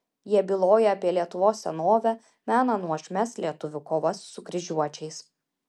jie byloja apie lietuvos senovę mena nuožmias lietuvių kovas su kryžiuočiais